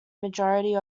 majority